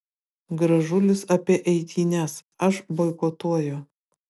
gražulis apie eitynes aš boikotuoju